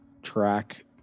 track